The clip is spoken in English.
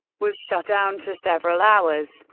was shut down for several hours.